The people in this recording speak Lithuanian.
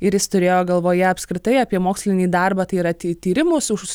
ir jis turėjo galvoje apskritai apie mokslinį darbą tai yra ty tyrimus už